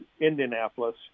Indianapolis